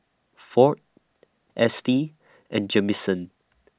Ford Estie and Jamison